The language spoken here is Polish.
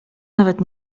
nawet